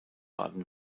baden